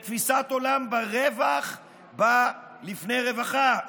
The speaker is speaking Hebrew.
בתפיסת עולם שבה רווח בא לפני רווחה,